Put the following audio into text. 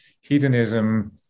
hedonism